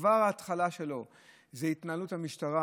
שכבר ההתחלה שלו היא התנהלות המשטרה